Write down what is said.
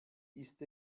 ist